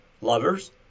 lovers